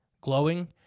glowing